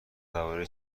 درباره